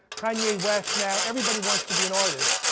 kanye west now, everybody wants to be an artist.